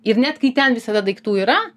ir net kai ten visada daiktų yra